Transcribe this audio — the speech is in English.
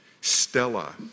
Stella